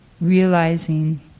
realizing